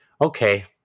okay